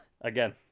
again